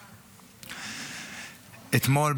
אתמול,